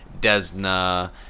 Desna